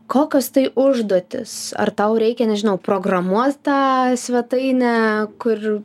kokios tai užduotys ar tau reikia nežinau programuot tą svetainę kur